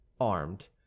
armed